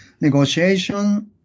negotiation